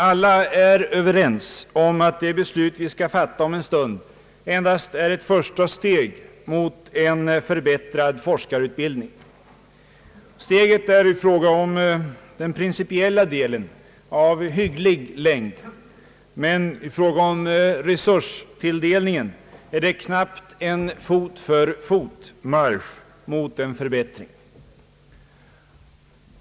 Alla är överens om att det beslut vi skall fatta om en stund endast är ett första steg mot en förbättrad forskarutbildning. Steget är i fråga om den principiella delen av hygglig längd, men i fråga om resurstilldelningen är det knappast mer än en fot-för-fot-marsch mot en förbättring.